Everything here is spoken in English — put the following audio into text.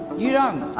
you don't?